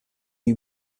you